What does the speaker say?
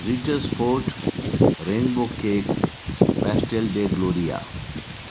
ritter's fort rainbow cake pastel de gloria